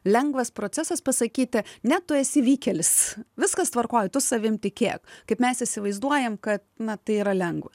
lengvas procesas pasakyti ne tu esi vykėlis viskas tvarkoj tu savim tikėk kaip mes įsivaizduojam kad na tai yra lengva